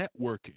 networking